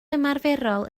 ymarferol